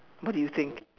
what do you think